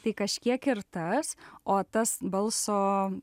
tai kažkiek ir tas o tas balso